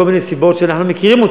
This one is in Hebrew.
מכל מיני סיבות שאנחנו מכירים,